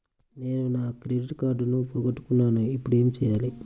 నేను నా క్రెడిట్ కార్డును పోగొట్టుకున్నాను ఇపుడు ఏం చేయాలి?